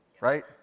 Right